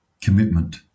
commitment